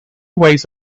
ways